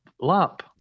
lap